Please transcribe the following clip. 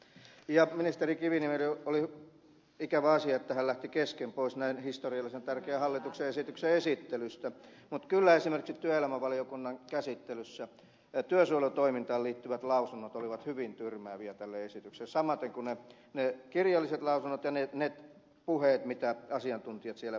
oli ikävä asia että ministeri kiviniemi lähti kesken pois näin historiallisen tärkeän hallituksen esityksen esittelystä mutta kyllä esimerkiksi työelämävaliokunnan käsittelyssä työsuojelutoimintaan liittyvät lausunnot tästä esityksestä olivat hyvin tyrmääviä samaten kuin ne kirjalliset lausunnot ja ne puheet joita asiantuntijat siellä esittivät